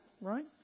right